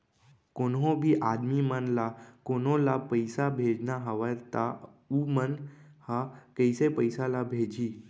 कोन्हों भी आदमी मन ला कोनो ला पइसा भेजना हवय त उ मन ह कइसे पइसा ला भेजही?